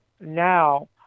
now